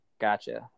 Gotcha